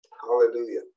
Hallelujah